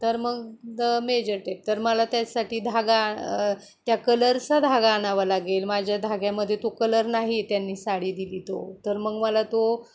तर मग the measure tape तर मला त्यासाठी धागा त्या कलरचा धागा आणावा लागेल माझ्या धाग्यामध्ये तो कलर नाही त्यांनी साडी दिली तो तर मग मला तो